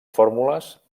fórmules